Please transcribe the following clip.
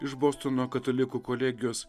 iš bostono katalikų kolegijos